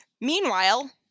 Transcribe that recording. Meanwhile